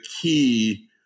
key